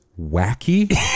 wacky